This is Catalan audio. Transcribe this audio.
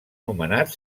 nomenat